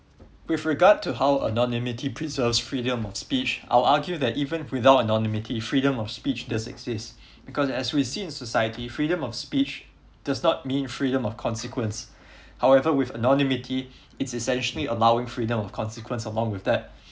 with regard to how anonymity preserves freedom of speech I will argue that even without anonymity freedom of speech does exist because as we see in society freedom of speech does not mean freedom of consequence however with anonymity it's essentially allowing freedom of consequence along with that